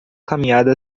caminhada